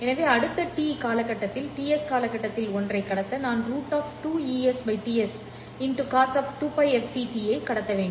எனவே அடுத்த T காலகட்டத்தில் Ts காலகட்டத்தில் ஒன்றை கடத்த நான் √ 2 Es Ts¿ ¿cos2π fct ஐ கடத்த வேண்டும்